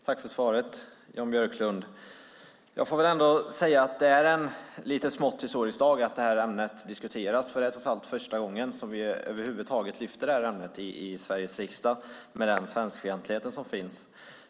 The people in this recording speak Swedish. Fru talman! Tack för svaret, Jan Björklund! Det är lite smått historiskt att det här ämnet diskuteras i dag. Det är trots allt första gången som vi över huvud taget lyfter upp svenskfientligheten i Sveriges riksdag.